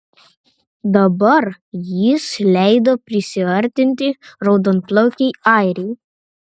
dabar jis leido prisiartinti raudonplaukei airei